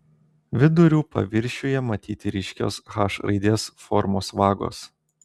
vidurių paviršiuje matyti ryškios h raidės formos vagos